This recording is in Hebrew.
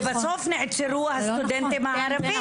ובסוף נעצרו הסטודנטים הערבים.